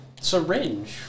syringe